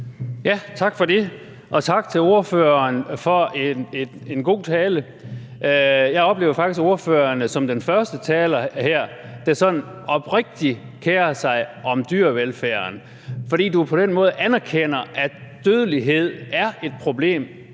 Tak for det. Og tak til ordføreren for en god tale. Jeg oplever faktisk ordføreren som den første taler her, der sådan oprigtigt kerer sig om dyrevelfærden, fordi du på den måde anerkender, at dødelighed er et problem,